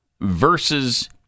versus